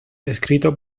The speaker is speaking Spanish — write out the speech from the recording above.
escrito